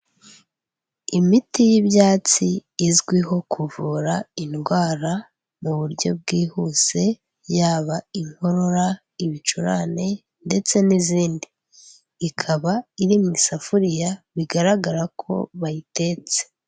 Imiti y'ibyatsi izwiho kuvura indwara mu buryo bwihuse yaba inkorora, ibicurane ndetse n'izindi. Ikaba iri mu isafuriya bigaragara ko bayitetse.